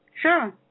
Sure